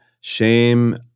shame